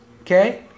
Okay